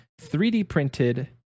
3D-printed